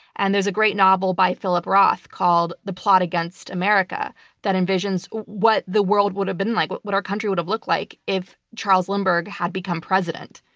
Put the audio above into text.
and there's a great novel by philip roth called the plot against america that envisions what the world would have been like, what what our country would have looked like, if charles lindbergh had become president.